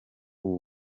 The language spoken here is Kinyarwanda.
ubu